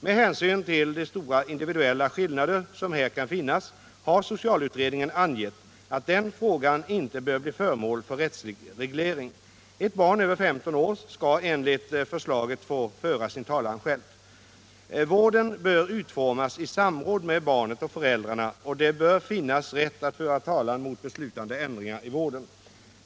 Med hänsyn till de stora individuella skillnader som här kan finnas har socialutredningen ansett att den frågan inte bör bli föremål för rättslig reglering. Ett barn över 15 år skall enligt förslaget få föra sin talan självt. Vården bör utformas i samråd med barnet och föräldrarna och det bör finnas rätt att föra talan mot beslutade ändringar i vården.